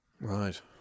Right